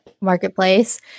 marketplace